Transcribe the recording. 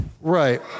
Right